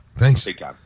Thanks